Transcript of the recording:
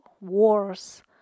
wars